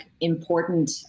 important